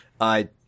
I-